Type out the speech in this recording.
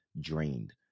drained